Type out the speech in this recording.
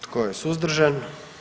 Tko je suzdržan?